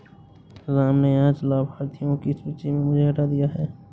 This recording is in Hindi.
राम ने आज लाभार्थियों की सूची से मुझे हटा दिया है